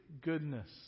goodness